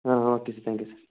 okay sir thank you sir